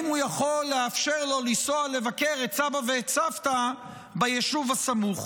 אם הוא יכול לאפשר לו לנסוע לבקר את סבא ואת סבתא ביישוב הסמוך.